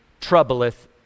troubleth